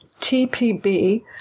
TPB